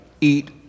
eat